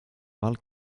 val